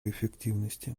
эффективности